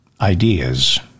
ideas